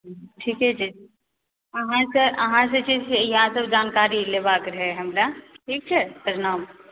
ठीके छै अहाँके अहांँसे जे छै से इएह सभ जानकारी लेबऽके रहै हमरा ठीक छै प्रणाम